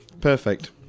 perfect